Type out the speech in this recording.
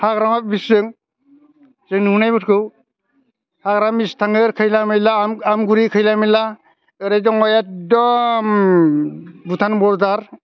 हाग्रामा bridge जों जों नुनायफोरखौ हाग्रामा ब्रिडजजों थाङो खैला मैला आमगुरि खैला मैला ओरै दङ एखदम भुटान बरडार